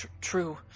true